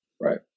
right